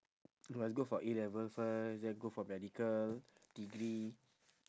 must go for A-level first then go for medical degree